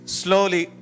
slowly